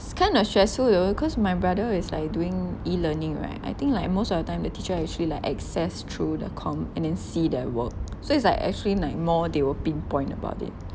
it's kind of stressful you know cause my brother is like doing E-learning right I think like most of the time the teacher actually like access through the com and then see their work so it's like actually like more they will pinpoint about it